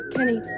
Kenny